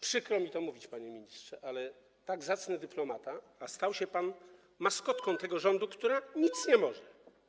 Przykro mi to mówić, panie ministrze, ale jest pan tak zacnym dyplomatą, a stał się pan maskotą tego rządu, która nic nie może.